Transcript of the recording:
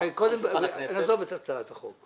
לפחות נניח את הצעת החוק.